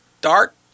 dark